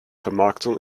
vermarktung